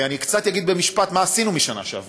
ואני קצת אגיד, במשפט, מה עשינו מאז השנה שעברה.